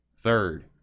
third